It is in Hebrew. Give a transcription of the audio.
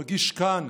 מגיש כאן